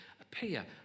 appear